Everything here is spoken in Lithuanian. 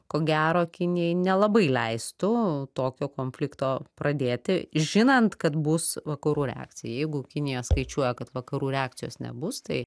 ko gero kinijai nelabai leistų tokio konflikto pradėti žinant kad bus vakarų reakcija jeigu kinija skaičiuoja kad vakarų reakcijos nebus tai